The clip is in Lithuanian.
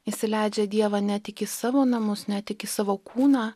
įsileidžia dievą ne tik į savo namus ne tik į savo kūną